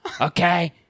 Okay